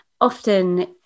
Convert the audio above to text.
often